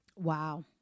wow